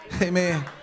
Amen